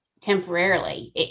temporarily